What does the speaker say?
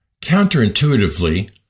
Counterintuitively